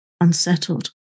unsettled